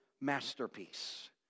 masterpiece